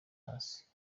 hasi